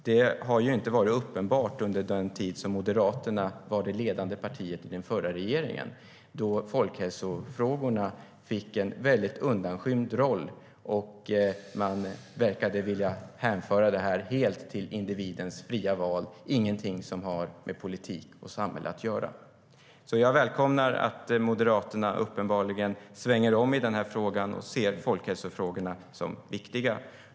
Det har inte varit uppenbart under den tid som Moderaterna var det ledande partiet i den förra regeringen, då folkhälsofrågorna fick en mycket undanskymd roll och man verkade vilja hänföra detta helt till individens fria val. Det var ingenting som hade med politik och samhälle att göra. Jag välkomnar alltså att Moderaterna uppenbarligen svänger om i den här frågan och ser folkhälsofrågorna som viktiga.